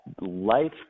life